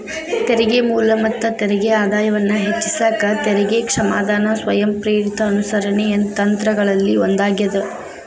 ತೆರಿಗೆ ಮೂಲ ಮತ್ತ ತೆರಿಗೆ ಆದಾಯವನ್ನ ಹೆಚ್ಚಿಸಕ ತೆರಿಗೆ ಕ್ಷಮಾದಾನ ಸ್ವಯಂಪ್ರೇರಿತ ಅನುಸರಣೆ ತಂತ್ರಗಳಲ್ಲಿ ಒಂದಾಗ್ಯದ